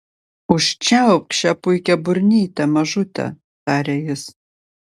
užčiaupk šią puikią burnytę mažute tarė jis